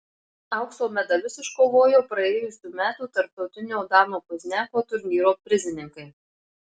aukso medalius iškovojo praėjusių metų tarptautinio dano pozniako turnyro prizininkai